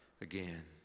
again